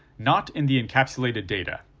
not in the encapsulated data.